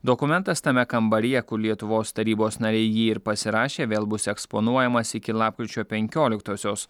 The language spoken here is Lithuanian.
dokumentas tame kambaryje kur lietuvos tarybos nariai jį ir pasirašė vėl bus eksponuojamas iki lapkričio penkioliktosios